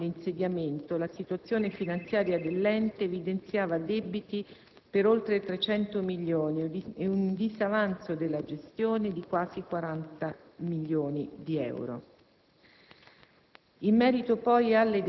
dalla quale emerge che, all'atto dell'insediamento, la situazione finanziaria dell'ente evidenziava debiti per oltre 300 milioni di euro ed un disavanzo della gestione di quasi 40 milioni di euro.